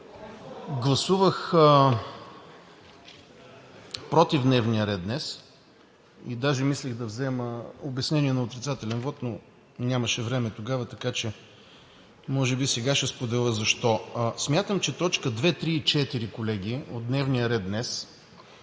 гласувах против дневния ред днес. Даже мислех да взема обяснение на отрицателен вот, но нямаше време тогава, така че може би сега ще споделя защо. Смятам, че точки две, три и четири, колеги, от дневния ред днес